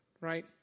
Right